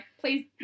please